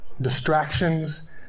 distractions